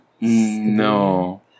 No